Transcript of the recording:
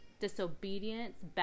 disobedience